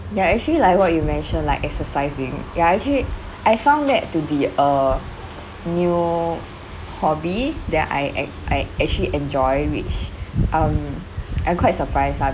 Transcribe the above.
ya actually like what you mentioned like exercising ya actually I found that to be a new hobby that I act I actually enjoy which um I'm quite surprised lah